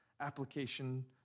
application